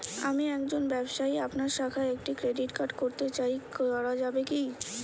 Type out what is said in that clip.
আমি একজন ব্যবসায়ী আপনার শাখায় একটি ক্রেডিট কার্ড করতে চাই করা যাবে কি?